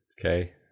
okay